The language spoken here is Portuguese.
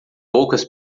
poucas